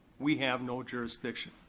we have no jurisdiction.